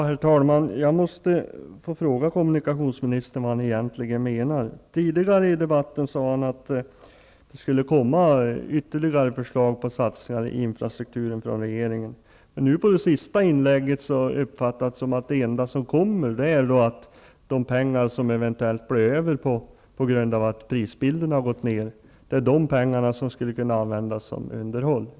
Herr talman! Jag måste få fråga kommunikationsministern vad han egentligen menar. Tidigare i debatten sade han att det skulle komma ytterligare förslag på satsningar på infrastrukturen från regeringen. Men det han sade i sitt senaste inlägg uppfattade jag som att det enda som kommer är att de pengar som eventuellt blir över på grund av att prisbilden har gått ner skall kunna användas för underhåll.